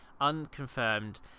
unconfirmed